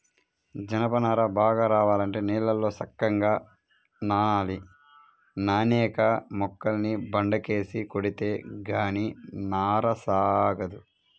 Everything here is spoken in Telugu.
జనప నార బాగా రావాలంటే నీళ్ళల్లో సక్కంగా నానాలి, నానేక మొక్కల్ని బండకేసి కొడితే గానీ నార సాగదు